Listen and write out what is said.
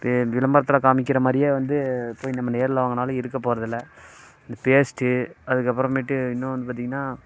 விளம்பரத்தில் காமிக்கிறமாதிரியே வந்து போய் நம்ம நேரில் வாங்கினாலும் இருக்கப் போறதில்ல இந்த பேஸ்ட்டு அதுக்கப்புறமேட்டு இன்னும் வந்து பார்த்திங்கனா